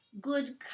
good